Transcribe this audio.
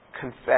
confess